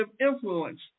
influence